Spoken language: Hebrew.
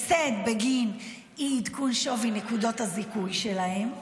הפסד בגין אי-עדכון שווי נקודות הזיכוי שלהן,